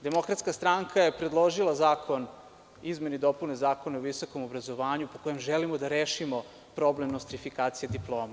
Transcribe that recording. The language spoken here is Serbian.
Demokratska stranka je predložila zakon o izmenama i dopunama Zakona o visokom obrazovanju kojim želimo da rešimo problem nostrifikacije diploma.